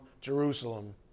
Jerusalem